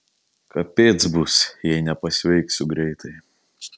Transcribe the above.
kapėc bus jei nepasveiksiu greitai